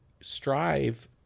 strive